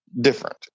different